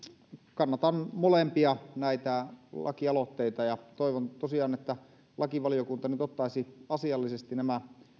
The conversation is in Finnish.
kannatan molempia näitä lakialoitteita ja toivon tosiaan että lakivaliokunta nyt ottaisi asiallisesti nämä